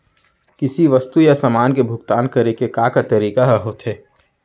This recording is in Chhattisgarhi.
किसी वस्तु या समान के भुगतान करे के का का तरीका ह होथे?